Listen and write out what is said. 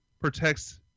protects